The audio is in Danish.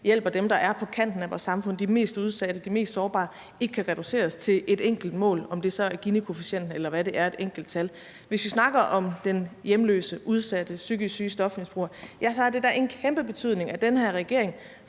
hjælper dem, der er på kanten af vores samfund, de mest udsatte, de mest sårbare, ikke kan reduceres til et enkelt mål – om det så er Ginikoefficienten, eller hvad det er, f.eks. et enkelt tal. Vi snakker om den hjemløse, udsatte, psykisk syge stofmisbruger, og så har det da en kæmpe betydning, at den her regering